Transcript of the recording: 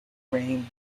reign